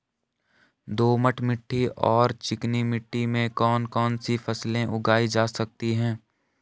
दोमट मिट्टी और चिकनी मिट्टी में कौन कौन सी फसलें उगाई जा सकती हैं?